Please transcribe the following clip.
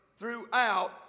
throughout